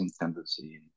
tendency